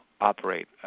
operate